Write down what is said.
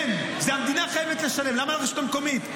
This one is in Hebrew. כן, המדינה חייבת לשלם, למה הרשות המקומית?